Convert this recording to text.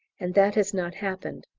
and that has not happened.